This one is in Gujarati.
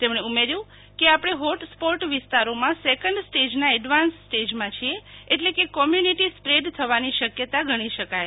તેમણે ઉમેર્યું કે આપણે હોટ સ્પોર્ટ વિસ્તારોમાં સેકેન્ડ સ્ટેજના એડવાન્સ સ્ટેજમાં છીએ એટલે કે કોમ્યુનિટી સ્પ્રેડ થવાની શક્યતા ગણી શકાય